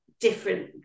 different